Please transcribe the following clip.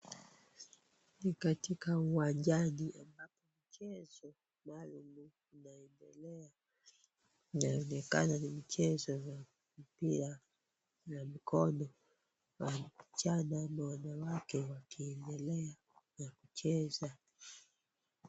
Ni katikati uwajani ambapo mchezo maalum unaendelea, inaonekana ni mchezo wa mpira wa mkono, wasichana au wanawake wakiendelea na kuchezea.